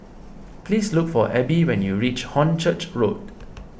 please look for Abe when you reach Hornchurch Road